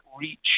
reach